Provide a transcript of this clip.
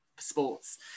sports